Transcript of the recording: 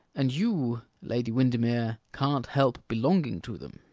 and you, lady windermere, can't help belonging to them.